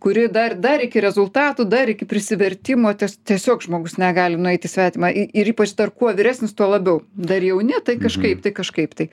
kuri dar dar iki rezultatų dar iki prisivertimo tas tiesiog žmogus negali nueit į svetimą i ir ypač dar kuo vyresnis tuo labiau dar jauni tai kažkaip tai kažkaip tai